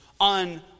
on